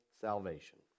salvation